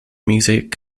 music